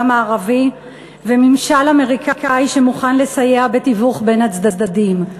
הערבי וממשל אמריקני שמוכן לסייע בתיווך בין הצדדים.